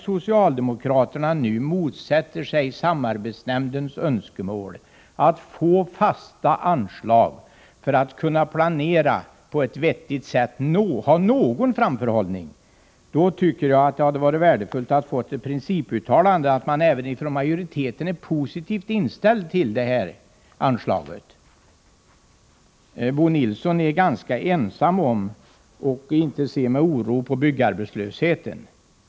Socialdemokraterna motsätter sig nu samarbetsnämndens önskemål att få fasta anslag för att kunna planera på ett vettigt sätt och ha en viss framförhållning. Då hade det varit värdefullt med ett uttalande att även majoriteten är positivt inställd till principen när det gäller det här anslaget. Bo Nilsson är ganska ensam om att inte se med oro på byggarbetslösheten.